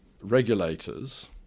regulators